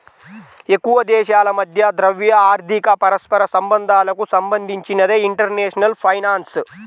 ఎక్కువదేశాల మధ్య ద్రవ్య, ఆర్థిక పరస్పర సంబంధాలకు సంబంధించినదే ఇంటర్నేషనల్ ఫైనాన్స్